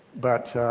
but